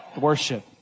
worship